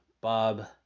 Bob